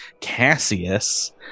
Cassius